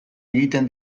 egiten